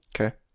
Okay